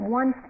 one